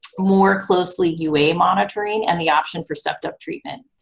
more closely ua monitoring, and the option for stepped-up treatment.